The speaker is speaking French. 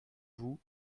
vous